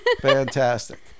fantastic